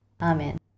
Amen